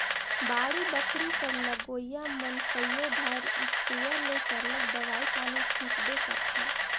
बाड़ी बखरी कर लगोइया मन कइयो धाएर इस्पेयर ले सरलग दवई पानी छींचबे करथंे